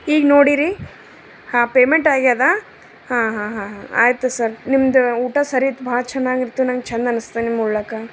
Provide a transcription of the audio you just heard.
ಈಗ ನೋಡೀರಿ ಹಾಂ ಪೇಮೆಂಟ್ ಆಗ್ಯದ ಹಾಂ ಹಾಂ ಹಾಂ ಆಯಿತು ಸರ್ ನಿಮ್ದು ಊಟ ಸರಿ ಇತ್ತು ಭಾಳ ಚೆನ್ನಾಗಿತ್ತು ನಂಗೆ ಚಂದ್ ಅನ್ನಿಸ್ತು ನಿಮ್ಮ ಉಣ್ಲಿಕ್ಕೆ